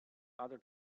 other